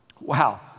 Wow